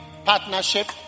partnership